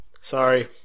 Sorry